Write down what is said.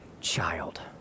child